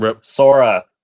Sora